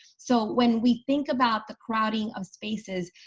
so when we think about the crowding of spaces,